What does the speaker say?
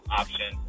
option